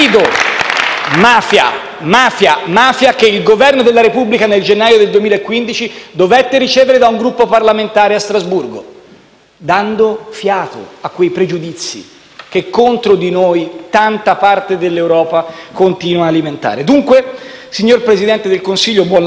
«mafia, mafia, mafia» che il Governo della Repubblica, nel gennaio 2015, dovette ricevere da un Gruppo parlamentare a Strasburgo, dando fiato a quei pregiudizi che contro di noi tanta parte dell'Europa continua ad alimentare. Dunque, signor Presidente del Consiglio, buon lavoro.